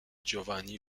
giovanni